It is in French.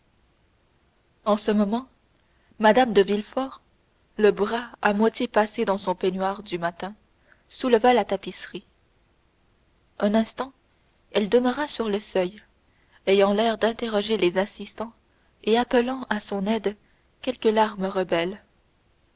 en ce moment mme de villefort le bras à moitié passé dans son peignoir du matin souleva la tapisserie un instant elle demeura sur le seuil ayant l'air d'interroger les assistants et appelant à son aide quelques larmes rebelles